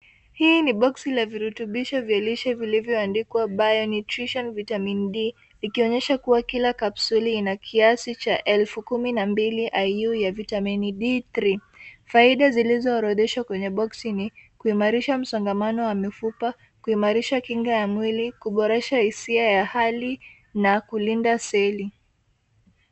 Hii ni boksi la virutubisho vya lishe vilivyoandikwa Bio Nutrition Vitamin D ikionyesha kuwa kila kapsuli ina kiasi cha 12000 IU ya Vitamin D3 . Faidia ziliziorodheshwa kwenye boksi ni kuimarisha msongamano wa mifupa, kuimarisha kinga ya mwili, kuboresha hisia ya hali na kulinda seli.